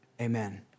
amen